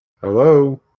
Hello